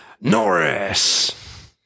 Norris